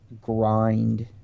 grind